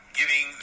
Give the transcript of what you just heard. giving